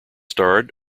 starred